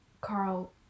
Carl